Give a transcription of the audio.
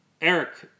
Eric